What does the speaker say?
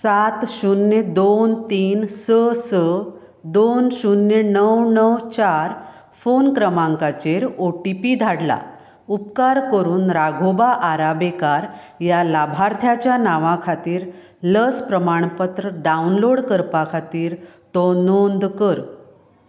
सात शुन्य दोन तीन स स दोन शुन्य णव णव चार फोन क्रमांकाचेर ओ टी पी धाडला उपकार करून राघोबा आराबेकार ह्या लाभार्थ्याच्या नांवा खातीर लस प्रमाणपत्र डावनलोड करपा खातीर तो नोंद कर